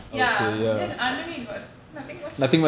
ya it's just underneath got nothing much to